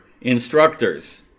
instructors